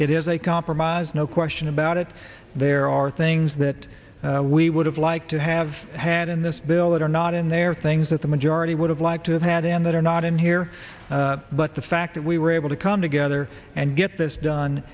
it is a compromise no question about it there are things that we would have liked to have had in this bill that are not in there are things that the majority would have liked to have had and that are not in here but the fact that we were able to come together and get this done